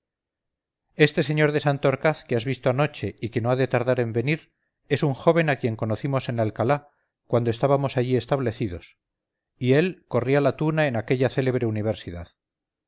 este sr de santorcaz que has visto anoche y que no ha de tardar en venir es un joven a quien conocimos en alcalá cuando estábamos allí establecidos y él corría la tuna en aquella célebre universidad